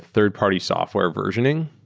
third-party software versioning,